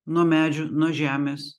nuo medžių nuo žemės